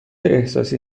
احساسی